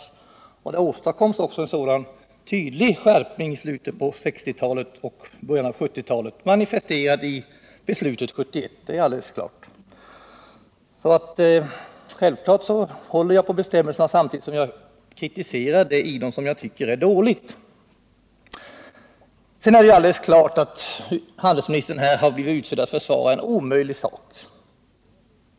En sådan tydlig skärpning åstadkoms också i slutet av 1960-talet och i början av 1970-talet, manifesterad i beslutet 1971; det är alldeles klart. Självfallet håller jag alltså på bestämmelserna samtidigt som jag kritiserar det i dem som jag tycker är dåligt. Sedan är det alldeles klart att handelsministern här har blivit utsedd att försvara en omöjlig sak.